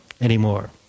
anymore